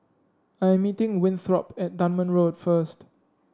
I am meeting Winthrop at Dunman Road first